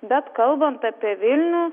bet kalbant apie vilnių